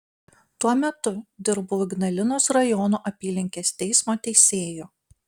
tuo metu dirbau ignalinos rajono apylinkės teismo teisėju